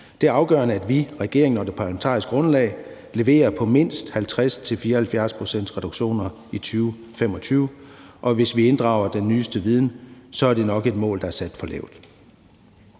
Det er afgørende, at vi, regeringen og det parlamentariske grundlag, leverer på mindst 50-54-procentsreduktioner i 2025, og hvis vi inddrager den nyeste viden, er det nok et mål, der er sat for lavt.